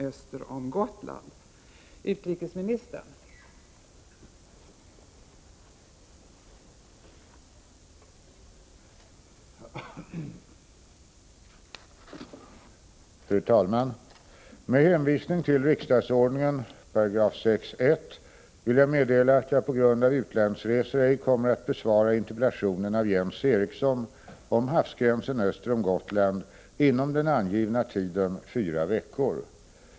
Med hänvisning till riksdagsordningens 6 kap. 1§ vill jag meddela att jag på grund av utlandsresa ej kommer att besvara interpellationen av Jens Eriksson om havsgränsen öster om Gotland inom den angivna tiden fyra veckor.